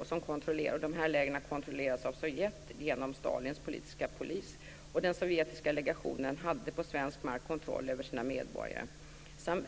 Dessa läger kontrollerades av Sovjet genom Stalins politiska polis. Den sovjetiska legationen hade, på svensk mark, kontroll över sina medborgare.